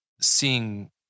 seeing